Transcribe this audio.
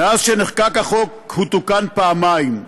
מאז נחקק החוק הוא תוקן פעמיים,